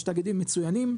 יש תאגידים מצוינים,